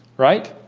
right.